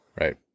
Right